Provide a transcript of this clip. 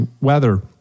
weather